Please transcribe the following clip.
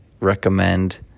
recommend